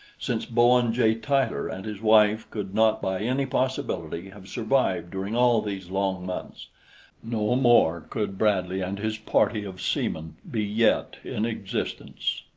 since bowen j. tyler and his wife could not by any possibility have survived during all these long months no more could bradley and his party of seamen be yet in existence.